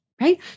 right